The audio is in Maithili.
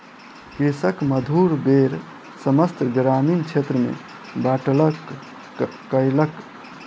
कृषक मधुर बेर समस्त ग्रामीण क्षेत्र में बाँटलक कयलक